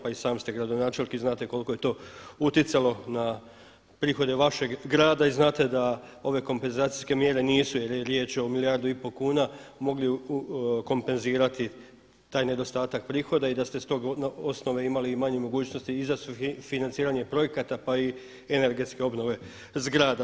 Pa i sami ste gradonačelnik i znate koliko je to utjecalo na prihode vašeg grada i znate da ove kompenzacijske mjere nisu jer je riječ o milijardu i pol kuna mogli kompenzirati taj nedostatak prihoda i da s te osnove imali i manje mogućnosti i za sufinanciranje projekata pa i energetske obnove zgrada.